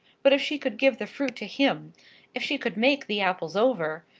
but if she could give the fruit to him if she could make the apples over,